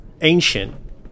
ancient